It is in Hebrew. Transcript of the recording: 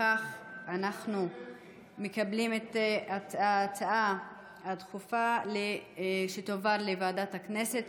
בכך אנחנו מקבלים שההצעה הדחופה תעבור לוועדת הכנסת,